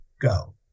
go